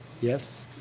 Yes